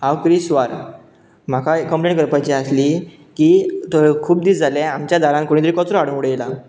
हांव क्रीश वार म्हाका एक कंप्लेन करपाची आसली की खूब दीस जाले आमच्या दारान कोणी तरी कचरो हाडून उडयलां